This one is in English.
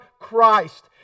Christ